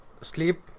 sleep